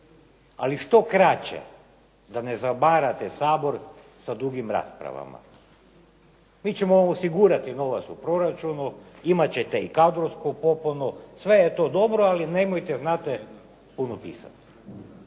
ali što kraće da ne zamarate Sabor sa dugim raspravama. Mi ćemo osigurati novac u proračunu, imat ćete i kadrovsku popunu. Sve je to dobro ali nemojte znate puno pisati.